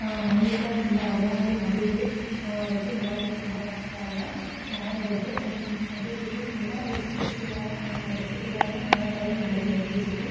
ಆ ಹಿಟ್ಟನ್ನ ತುಂಬ ಹದವಾಗಿ ನಾದಿದರೆ ರೊಟ್ಟಿ ಮಾಡೋದು ಏನು ತುಂಬ ಕಷ್ಟ ಅಲ್ಲ ಮಾಡ್ಬೋದು ಅದೇ ರೀತಿ ತುಂಬ ರೆಸಿಪೀಸ್ಗಳನ್ನ ರೆಸಿಪಿಗಳನ್ನು ನಾನು ಟ್ರೈ ಮಾಡಿದ್ದೀನಿ ಇತ್ತೀಚೆಗೆ